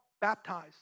baptize